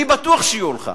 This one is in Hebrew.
אני בטוח שיהיו לך,